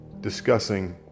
discussing